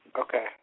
okay